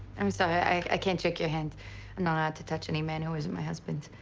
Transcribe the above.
i'm sorry. i can't shake your hand. i'm not allowed to touch any man who isn't my husband.